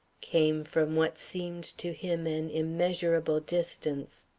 came from what seemed to him an immeasurable distance.